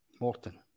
Morton